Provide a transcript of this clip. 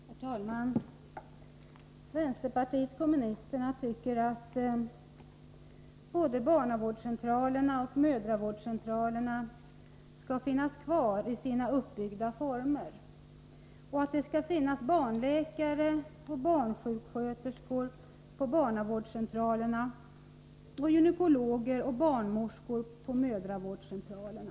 Herr talman! Vänsterpartiet kommunisterna tycker att både barnavårdscentralerna och mödravårdscentralerna skall finnas kvar i sina uppbyggda former. Vidare tycker vi att det skall finnas barnläkare och barnsjuksköterskor på barnavårdscentralerna samt gynekologer och barnmorskor på mödravårdscentralerna.